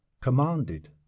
commanded